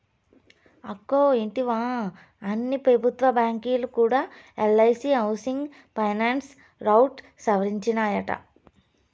అక్కో ఇంటివా, అన్ని పెబుత్వ బాంకీలు కూడా ఎల్ఐసీ హౌసింగ్ ఫైనాన్స్ రౌట్ సవరించినాయట